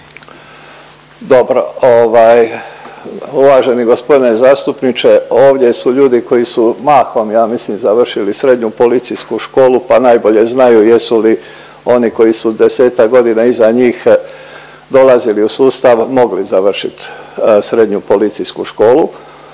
Dobro, ovaj uvaženi gospodine zastupniče ovdje su ljudi koji su mahom ja mislim završili srednju policijsku školu pa najbolje znaju jesu li oni koji su desetak godina iza njih dolazili u sustav mogli završit srednju policijsku školu.